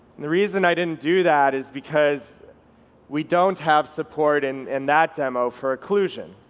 the reason i didn't do that is because we don't have support in and that demo for occlusion.